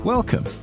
Welcome